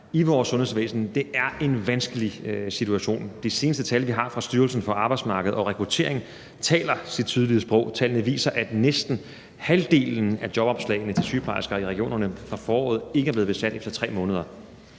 i vores sundhedsvæsen – er vanskelig. De seneste tal, vi har fra Styrelsen for Arbejdsmarked og Rekruttering, taler deres tydelige sprog. Tallene viser, at næsten halvdelen af jobopslagene om sygeplejerske i regionerne fra foråret ikke er blevet besat efter 3 måneder.